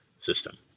system